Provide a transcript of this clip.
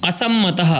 असम्मतः